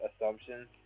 assumptions